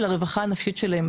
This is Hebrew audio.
ולרווחה הנפשית שלהם,